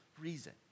reason